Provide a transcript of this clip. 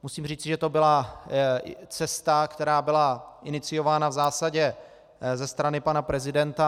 Musím říci, že to byla cesta, která byla iniciována v zásadě ze strany pana prezidenta.